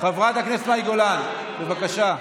חברת הכנסת מאי גולן, בבקשה.